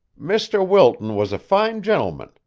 mr. wilton was a fine gentleman,